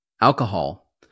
alcohol